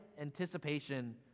anticipation